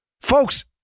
Folks